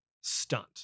stunt